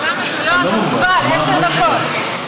לא, אתה מוגבל, עשר דקות.